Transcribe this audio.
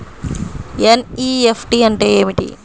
NEFT అంటే ఏమిటీ?